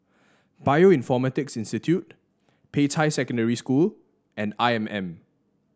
Bioinformatics Institute Peicai Secondary School and I M M